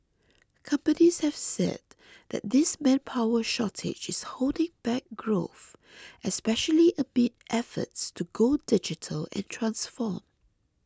companies have said that this manpower shortage is holding back growth especially amid efforts to go digital and transform